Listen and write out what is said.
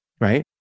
right